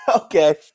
okay